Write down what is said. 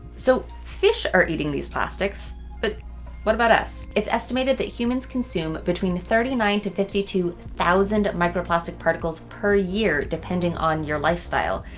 so fish are eating these plastics. but what about us? it's estimated that humans consume between thirty nine to fifty two thousand microplastic particles per year, depending on your lifestyle.